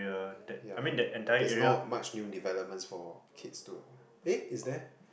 yeah there's not much new developments for kids to eh is there